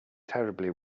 terribly